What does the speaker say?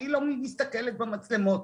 אני לא מסתכלת במצלמות,